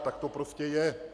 Tak to prostě je.